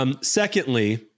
Secondly